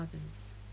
others